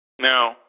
Now